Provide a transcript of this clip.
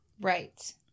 Right